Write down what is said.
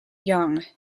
young